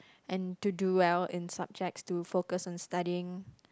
and to do well in subjects to focus on studying